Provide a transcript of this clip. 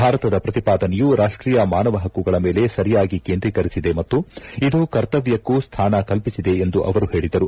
ಭಾರತದ ಪ್ರತಿಪಾದನೆಯು ರಾಷ್ವೀಯ ಮಾನವ ಹಕ್ಕುಗಳ ಮೇಲೆ ಸರಿಯಾಗಿ ಕೇಂದ್ರೀಕರಿಸಿದೆ ಮತ್ತು ಇದು ಕರ್ತವ್ದಕ್ಕೂ ಸ್ವಾನ ಕಲ್ಪಿಸಿದೆ ಎಂದು ಅವರು ಹೇಳಿದರು